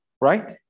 right